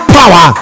power